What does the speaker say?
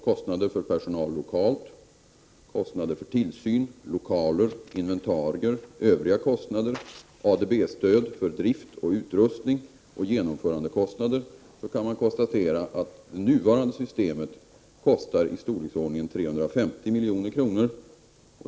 kostnader för tillsyn, lokaler och inventarier, övriga kostnader, ADB-stöd för drift och utredning samt genomförandekostnader, kan man konstatera att nuvarande system kostar ca 350 milj.kr.